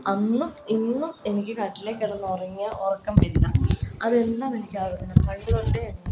അന്നും ഇന്നും എനിക്ക് കട്ടിലേൽ കിടന്ന് ഉറങ്ങിയാൽ ഉറക്കം വരില്ല അത് എന്നും എനിക്കങ്ങനെ പണ്ട് തൊട്ടേ അങ്ങനെ ആയിരുന്നു